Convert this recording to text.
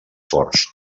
forts